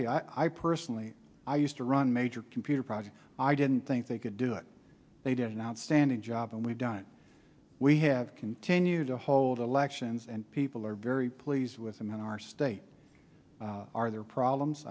you i personally i used to run major computer projects i didn't think they could do it they did an outstanding job and we've done it we have continued to hold elections and people are very pleased with them in our state are their problems